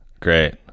Great